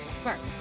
First